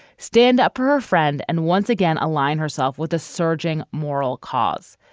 stand up her friend, and once again align herself with a surging moral cause.